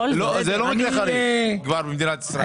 זה לא מקרה חריג במדינת ישראל.